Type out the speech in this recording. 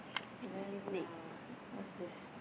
then uh what's this